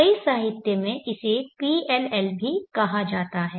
कई साहित्य में इसे PLL भी कहा जाता है